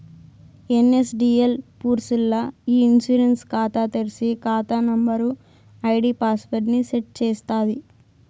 NSDL పూర్స్ ల్ల ఇ ఇన్సూరెన్స్ కాతా తెర్సి, కాతా నంబరు, ఐడీ పాస్వర్డ్ ని సెట్ చేస్తాది